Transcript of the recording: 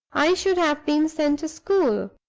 i should have been sent to school.